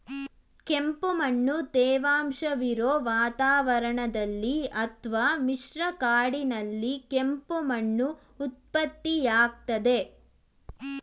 ಕೆಂಪುಮಣ್ಣು ತೇವಾಂಶವಿರೊ ವಾತಾವರಣದಲ್ಲಿ ಅತ್ವ ಮಿಶ್ರ ಕಾಡಿನಲ್ಲಿ ಕೆಂಪು ಮಣ್ಣು ಉತ್ಪತ್ತಿಯಾಗ್ತದೆ